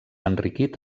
enriquit